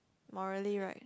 morally right